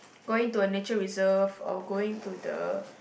going to a nature reserve or going to the